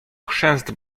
chrzęst